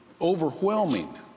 overwhelming